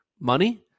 money